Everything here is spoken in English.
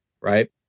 Right